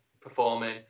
performing